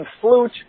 flute